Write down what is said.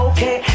Okay